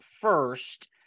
first